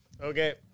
okay